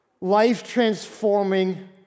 life-transforming